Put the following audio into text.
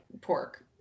pork